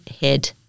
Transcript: head